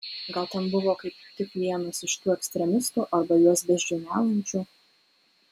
gal ten buvo kaip tik vienas iš tų ekstremistų arba juos beždžioniaujančių